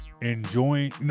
enjoying